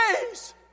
days